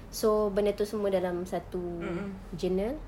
so benda itu semua dalam satu journal